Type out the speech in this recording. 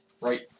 Right